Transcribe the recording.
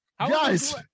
Guys